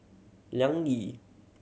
Liang Yi